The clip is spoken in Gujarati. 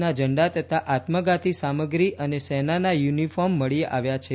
ના ઝંડા તથા આત્મઘાતી સામત્રી અને સેનાના યુનિફોર્મ મળી આવ્યા છે